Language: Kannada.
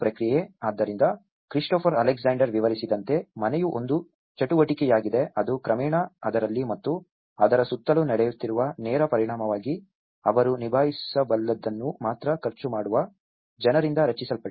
ಆದ್ದರಿಂದ ಕ್ರಿಸ್ಟೋಫರ್ ಅಲೆಕ್ಸಾಂಡರ್ ವಿವರಿಸಿದಂತೆ ಮನೆಯು ಒಂದು ಚಟುವಟಿಕೆಯಾಗಿದೆ ಅದು ಕ್ರಮೇಣ ಅದರಲ್ಲಿ ಮತ್ತು ಅದರ ಸುತ್ತಲೂ ನಡೆಯುತ್ತಿರುವ ನೇರ ಪರಿಣಾಮವಾಗಿ ಅವರು ನಿಭಾಯಿಸಬಲ್ಲದನ್ನು ಮಾತ್ರ ಖರ್ಚು ಮಾಡುವ ಜನರಿಂದ ರಚಿಸಲ್ಪಟ್ಟಿದೆ